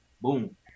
Boom